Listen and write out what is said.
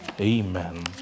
Amen